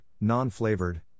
non-flavored